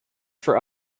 for